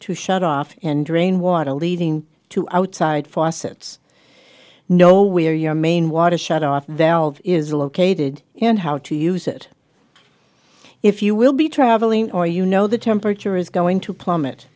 to shut off and drain water leading to outside faucets know where your main water shutoff valve is located and how to use it if you will be traveling or you know the temperature is going to plummet